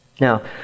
Now